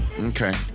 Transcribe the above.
Okay